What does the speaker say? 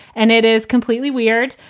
and it is completely weird,